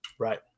Right